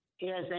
Yes